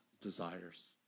desires